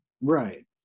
Right